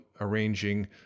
arranging